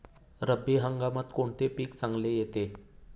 रब्बी हंगामात कोणते पीक चांगले येते?